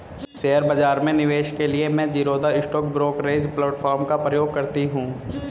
share बाजार में निवेश के लिए मैं ज़ीरोधा स्टॉक ब्रोकरेज प्लेटफार्म का प्रयोग करती हूँ